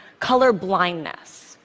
colorblindness